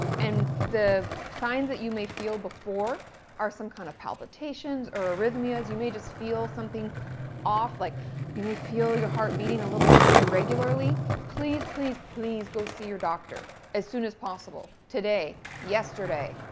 and the signs that you may feel before before are some kind of palpitations, or arrhythmias you may just feel something off, like you may feel your heart beating a little irregularly. please, please, please go see your doctor. as soon as possible. today. yesterday.